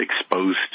exposed